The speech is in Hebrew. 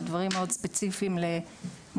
על דברים מאוד ספציפיים על מחלקות